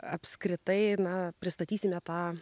apskritai na pristatysime tą